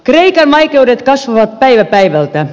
kreikan vaikeudet kasvavat päivä päivältä